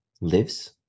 lives